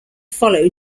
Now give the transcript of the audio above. follow